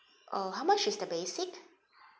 uh how much is the basic